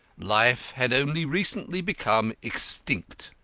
life had only recently become extinct.